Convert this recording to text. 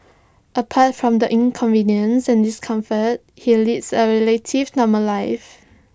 apart from the inconvenience and discomfort he leads A relative normal life